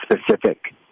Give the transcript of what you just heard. specific